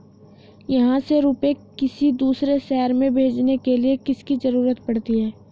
यहाँ से रुपये किसी दूसरे शहर में भेजने के लिए किसकी जरूरत पड़ती है?